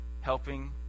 helping